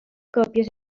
còpies